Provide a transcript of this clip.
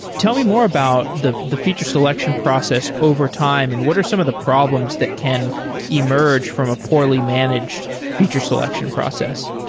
tell me more about the the feature selection process over time and what are some of the problems that can emerge from a poorly managed feature selection process?